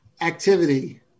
activity